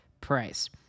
price